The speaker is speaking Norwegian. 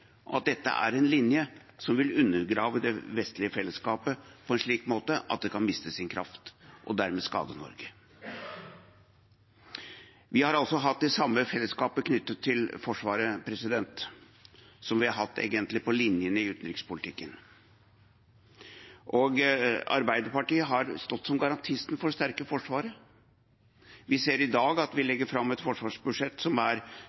at dette er en linje som vil undergrave det vestlige fellesskapet på en slik måte at det kan miste sin kraft og dermed skade Norge. Vi har hatt det samme fellesskapet knyttet til Forsvaret som vi har hatt på linjen i utenrikspolitikken, egentlig. Arbeiderpartiet har stått som garantisten for det sterke Forsvaret. Vi ser i dag at vi legger fram et forsvarsbudsjett som er